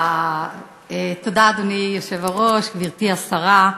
אדוני היושב-ראש, תודה, גברתי השרה,